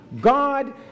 God